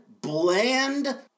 bland